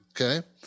Okay